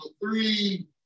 three